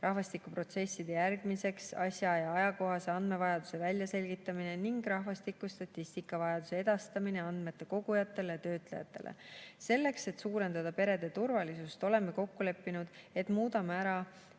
rahvastikuprotsesside jälgimiseks asja- ja ajakohase andmevajaduse väljaselgitamine ning rahvastikustatistika vajaduse edastamine andmete kogujatele ja töötlejatele. Selleks, et suurendada perede turvalisust, oleme kokku leppinud, et muudame ära